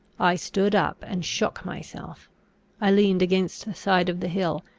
i stood up and shook myself i leaned against the side of the hill,